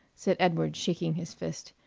said edward, shaking his fist.